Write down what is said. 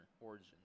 origin